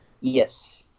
Yes